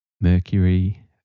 Mercury